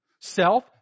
Self